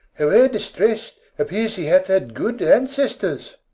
howe'er distress'd, appears he hath had good ancestors.